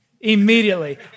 immediately